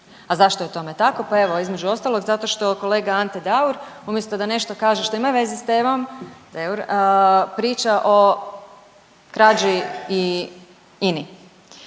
A zašto je tome tako, pa evo između ostalog zato što kolega Ante Daur umjesto da nešto kaže što ima veze s temom …/Upadica iz